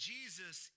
Jesus